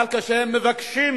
אבל כשהם מבקשים